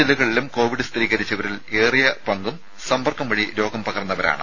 ജില്ലകളിലും കോവിഡ് മറ്റ് സ്ഥിരീകരിച്ചവരിൽ ഏറിയ പങ്കും സമ്പർക്കം വഴി രോഗം പകർന്നവരാണ്